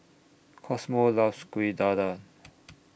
Cosmo loves Kueh Dadar